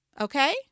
Okay